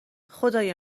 خدای